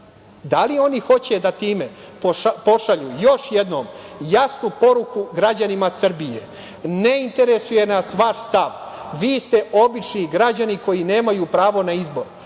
Da li oni hoće time da pošalju još jednom jasnu poruku građanima Srbije – ne interesuje nas vaš stav, vi ste obični građani koji nemaju pravo na izbor,